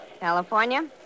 California